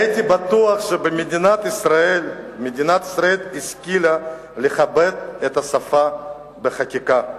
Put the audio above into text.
הייתי בטוח שמדינת ישראל השכילה לכבד את השפה בחקיקה.